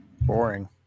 Boring